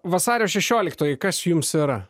vasario šešioliktoji kas jums yra